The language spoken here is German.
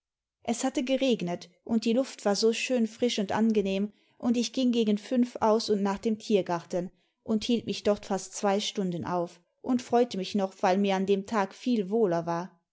es hatte geregnet und die luft war so schön frisch und angenehm und ich ging gegen fünf aus und nach dem tiergarten und hielt mich dort fast zwei stunden auf und freute mich noch weil mir an dem tag viel wohler war